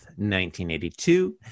1982